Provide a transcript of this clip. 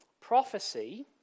prophecy